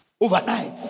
overnight